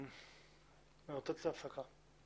נעשה הפסקה.